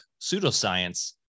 pseudoscience